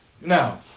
Now